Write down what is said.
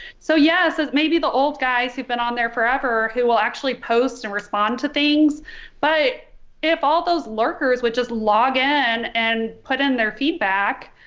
so yes maybe the old guys who've been on there forever who will actually post and respond to things but if all those lurkers would just log in and put in their feedback,